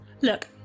Look